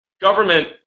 government